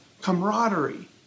camaraderie